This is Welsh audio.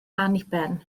anniben